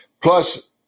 Plus